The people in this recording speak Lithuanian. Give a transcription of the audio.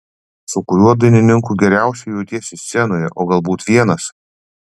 su kuriuo dainininku geriausiai jautiesi scenoje o galbūt vienas